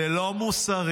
זה לא מוסרי,